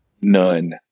None